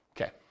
Okay